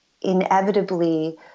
inevitably